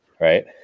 right